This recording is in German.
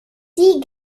die